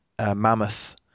mammoth